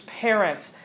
parents